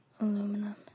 Aluminum